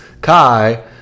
Kai